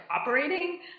operating